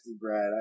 Brad